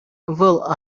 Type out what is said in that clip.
вӑл